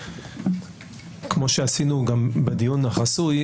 כמו שעשינו גם בדיון החסוי,